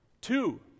Two